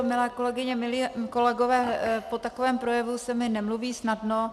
Milé kolegyně, milí kolegové, po takovém projevu se mi nemluví snadno.